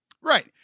Right